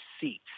seats